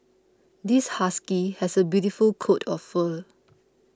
this husky has a beautiful coat of fur